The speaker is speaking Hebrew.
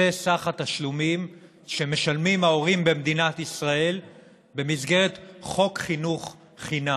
זה סך התשלומים שמשלמים ההורים במדינת ישראל במסגרת חוק חינוך חינם.